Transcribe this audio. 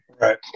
Right